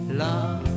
love